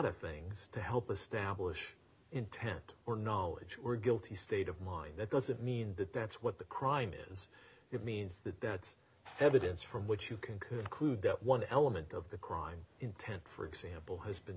of things to help establish intent or knowledge or guilty state of mind that doesn't mean that that's what the crime is it means that that's evidence from which you can conclude that one element of the crime intent for example has been